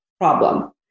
problem